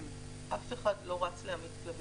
אף אחד לא רץ להמית כלבים,